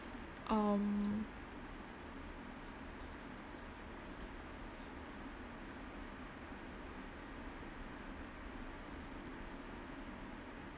um